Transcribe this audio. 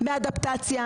שלושה או ארבעה קורבנות.